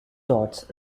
dots